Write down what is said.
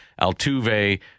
Altuve